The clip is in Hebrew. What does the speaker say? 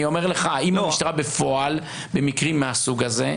אני אומר לך, האם המשטרה בפועל, במקרים מהסוג הזה,